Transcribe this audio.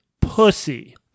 Pussy